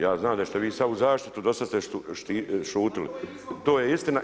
Ja znam da ćete vi sada u zaštitu, do sada ste šutili, to je istina.